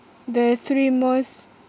the three most